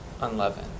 unleavened